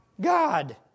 God